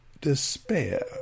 despair